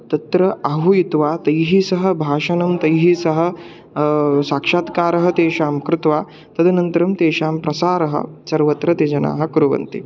तत्र आहूयित्वा तैः सह भाषणं तैः सह साक्षात्कारः तेषां कृत्वा तदनन्तरं तेषां प्रसारः सर्वत्र ते जनाः कुर्वन्ति